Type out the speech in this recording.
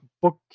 book